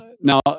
now